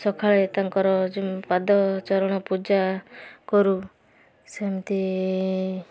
ସକାଳେ ତାଙ୍କର ପାଦଚରଣ ପୂଜା କରୁ ସେମିତି